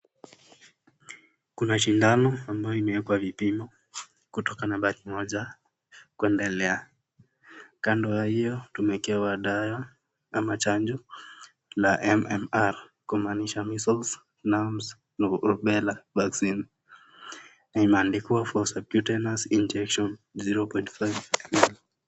Kuna sindano ambayo imewekwa vipimo kutoka nambari moja kuendelea, kando ya hiyo tumeekewa dawa ama chanjo ya MMR. Kumaanisha measles, mumps, rubella vaccine na imeandikwa for subcutaneous injection 0.5 mm